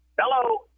Hello